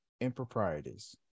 improprieties